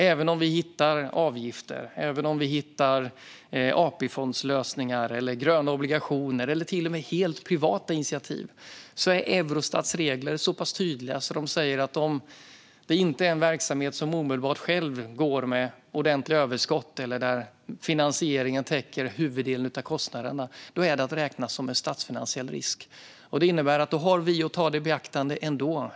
Även om vi hittar avgifter, AP-fondslösningar, gröna obligationer eller till och med helt privata initiativ är Eurostats regler så pass tydliga: Om det inte är en verksamhet som omedelbart själv går med ordentliga överskott eller där finansieringen täcker huvuddelen av kostnaderna, då är det att räkna som en statsfinansiell risk. Detta innebär att då har vi att ta det i beaktande ändå.